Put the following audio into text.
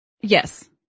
Yes